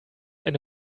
eine